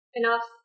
enough